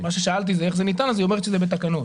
שאלתי איך זה ניתן והיא אומרת שזה בתקנות.